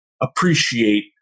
appreciate